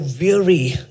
weary